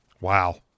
Wow